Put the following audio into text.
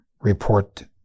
report